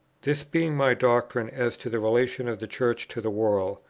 this being my doctrine as to the relation of the church to the world,